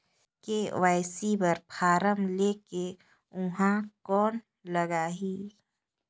KYC बर form ले के ऊहां कौन लगही?